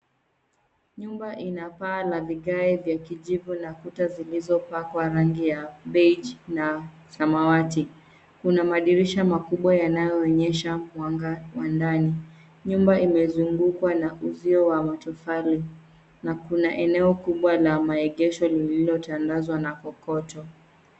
Nyumba ina paa la vigae vya kijivu na kuna ziliopakwa rangi ya beige na samawati. Kuna madirisha makubwa yanayoonyesha wangani. Nyumba imezungukwa na uzio wa matofali na kuna eneo kubwa la maegesho lilotandazwa na kokoto.